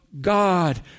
God